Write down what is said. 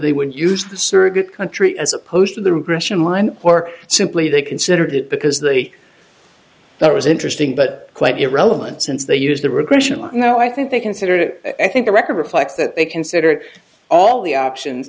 they would use the surrogate country as opposed to the regression line or simply they considered it because they are that was interesting but quite irrelevant since they use the regression line though i think they considered it i think the record reflects that they considered all the options